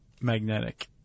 magnetic